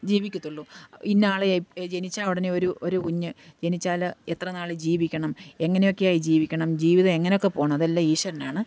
ജീവിക്കത്തുള്ളു ഇന്ന ആളെയെ ജനിച്ച ഉടനെ ഒരു ഒര് കുഞ്ഞ് ജനിച്ചാൽ എത്ര നാൾ ജീവിക്കണം എങ്ങനെയൊക്കെയായി ജീവിക്കണം ജീവിതം എങ്ങനെയൊക്കെ പോണം അതെല്ലാം ഈശ്വരനാണ്